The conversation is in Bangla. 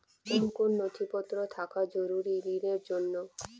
কোন কোন নথিপত্র থাকা জরুরি ঋণের জন্য?